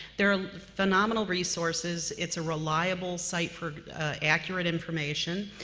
there are phenomenal resources. it's a reliable site for accurate information,